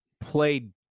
played